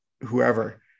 whoever